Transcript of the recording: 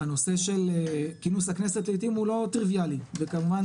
הנושא של כינוס הכנסת לעיתים הוא לא טריוויאלי וכמובן